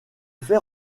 fait